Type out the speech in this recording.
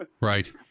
right